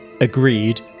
agreed